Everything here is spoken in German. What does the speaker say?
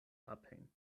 abhängen